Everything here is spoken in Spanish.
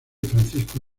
francisco